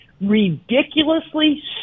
ridiculously